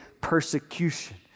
persecution